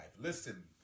Listen